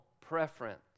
preference